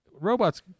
Robots